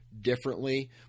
differently